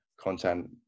content